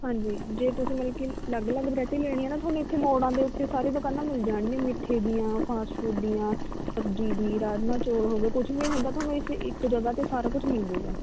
ਹਾਂਜੀ ਜੇ ਤੁਸੀਂ ਮਤਲਬ ਕਿ ਅਲੱਗ ਅਲੱਗ ਵਰਾਇਟੀ ਲੈਣੀ ਆ ਨਾ ਤੁਹਾਨੂੰ ਇੱਥੇ ਮੋੜਾਂ ਦੇ ਉੱਤੇ ਸਾਰੀ ਦੁਕਾਨਾਂ ਮਿਲ ਜਾਣੀਆਂ ਮਿੱਠੇ ਦੀਆਂ ਫਾਸਟ ਫੂਡ ਦੀਆਂ ਸਬਜ਼ੀ ਦੀ ਰਾਜਮਾਂਹ ਚੌਲ ਹੋ ਗਏ ਕੁਛ ਵੀ ਹੁੰਦਾ ਤੁਹਾਨੂੰ ਇਸ ਇੱਕ ਜਗ੍ਹਾ 'ਤੇ ਸਾਰਾ ਕੁਛ ਮਿਲ ਜੇਗਾ